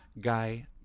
Guy